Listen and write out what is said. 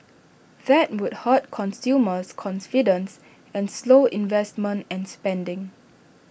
that would hurt consumers confidence and slow investments and spending